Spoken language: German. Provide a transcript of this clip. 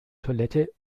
toilette